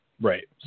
right